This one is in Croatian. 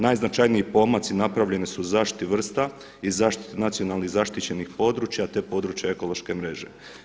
Najznačajniji pomaci napravljeni su u zaštiti vrsta i zaštiti nacionalnih zaštićenih područja te područja ekološke mreže.